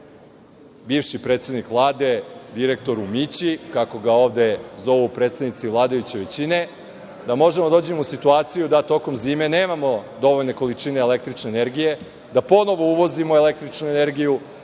bivši predsednik Vlade direktoru Mići, kako ga ovde zovu predstavnici vladajuće većine, da možemo da dođemo u situaciju da tokom zime nemamo dovoljne količine električne energije, da ponovo uvozimo električnu energiju,